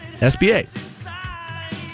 SBA